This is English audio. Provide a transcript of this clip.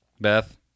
Beth